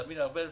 הרבה לפני.